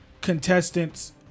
contestants